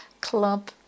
club